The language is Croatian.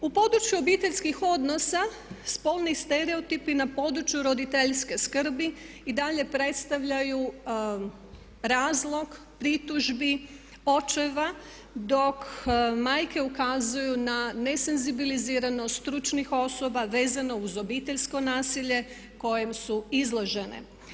U području obiteljskih odnosa spolni stereotipi na području roditeljske skrbi i dalje predstavljaju razlog pritužbi očeva dok majke ukazuju na nesenzibiliziranost stručnih osoba vezano uz obiteljsko nasilje kojem su izložene.